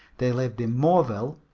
they lived in moreville,